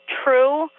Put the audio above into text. true